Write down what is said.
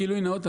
גילוי נאות,